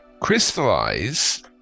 Crystallize